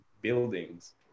buildings